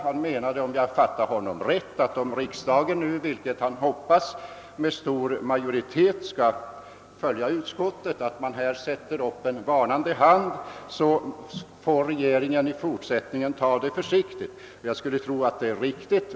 Han menade, om jag fattade honom rätt, att ifall riksdagen nu, vilket han hoppas, med stor majoritet skulle biträda utskottets förslag, så att man här sätter upp en varnande hand, får regeringen i fortsättningen ta det försiktigt. Jag skulle tro att det är riktigt.